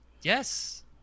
Yes